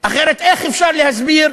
אחרת איך אפשר להסביר?